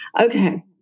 Okay